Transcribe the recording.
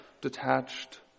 detached